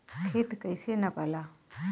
खेत कैसे नपाला?